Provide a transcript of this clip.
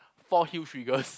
four heel triggers